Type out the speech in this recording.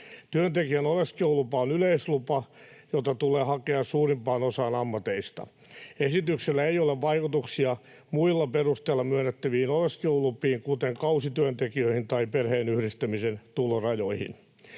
Työntekijän oleskelulupa on yleislupa, jota tulee hakea suurimpaan osaan ammateista. Esityksellä ei ole vaikutuksia muilla perusteilla myönnettäviin oleskelulupiin, kuten kausityöntekijöihin tai perheenyhdistämisen tulorajoihin.